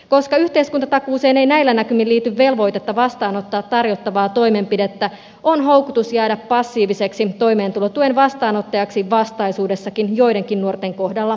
koska yhteiskuntatakuuseen ei näillä näkymin liity velvoitetta vastaanottaa tarjottavaa toimenpidettä on houkutus jäädä passiiviseksi toimeentulotuen vastaanottajaksi vastaisuudessakin joidenkin nuorten kohdalla liian suuri